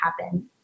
happen